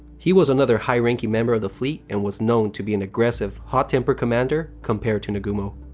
he was another high-ranking member of the fleet and was known to be an aggressive, hot-temper commander compared to nagumo.